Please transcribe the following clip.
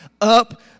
up